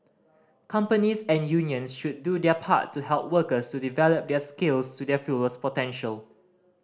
companies and unions should do their part to help workers to develop their skills to their fullest potential